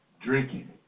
Drinking